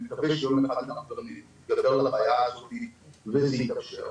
אני מקווה שיום אחד אנחנו נתגבר על הבעיה הזאתי וזה יתאפשר.